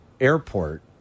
airport